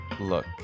look